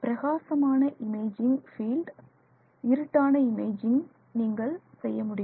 பிரகாசமான imaging field இருட்டான imaging நீங்கள் செய்ய முடியும்